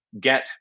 get